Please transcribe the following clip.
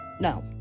No